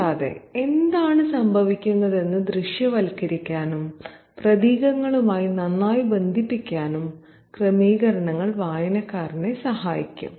കൂടാതെ എന്താണ് സംഭവിക്കുന്നതെന്ന് ദൃശ്യവൽക്കരിക്കാനും പ്രതീകങ്ങളുമായി നന്നായി ബന്ധിപ്പിക്കാനും ക്രമീകരണങ്ങൾ വായനക്കാരനെ സഹായിക്കും